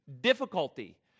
difficulty